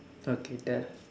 okay tell